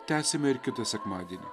tęsime ir kitą sekmadienį